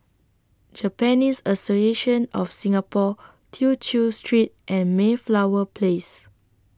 Japanese Association of Singapore Tew Chew Street and Mayflower Place